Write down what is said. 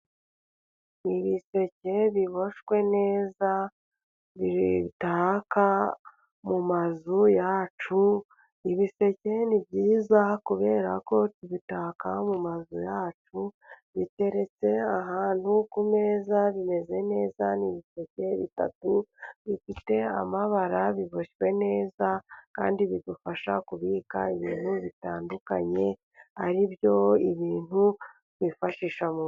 Ni ibiseke biboshywe neza, bitaka mu mazu yacu, ibi biseke ni byiza kubera ko tubitaka mu mazu yacu, biteretse ahantu ku meza bimeze neza, ni ibiseke bitatu bifite amabara, biboshywe neza kandi bigufasha kubika ibintu bitandukanye, ari byo ibintu twifashisha mu...